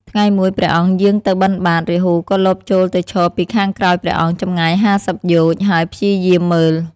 ថ្ងៃមួយ ព្រះអង្គយាងទៅបិណ្ឌបាត រាហូក៏លបចូលទៅឈរពីខាងក្រោយព្រះអង្គ ចម្ងាយ ៥០ យោជន៍ ហើយព្យាយាមមើល។